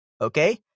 Okay